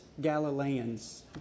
Galileans